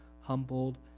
humbled